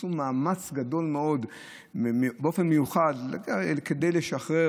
עשו מאמץ גדול מאוד באופן מיוחד כדי לשחרר